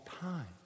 time